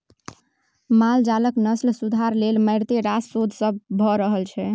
माल जालक नस्ल सुधार लेल मारिते रास शोध सब भ रहल छै